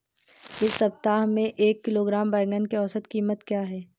इस सप्ताह में एक किलोग्राम बैंगन की औसत क़ीमत क्या है?